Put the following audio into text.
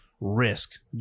risk